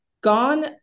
gone